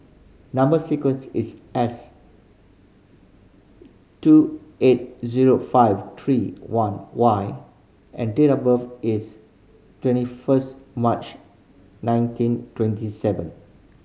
number sequence is S two eight zero five three one Y and date of birth is twenty first March nineteen twenty seven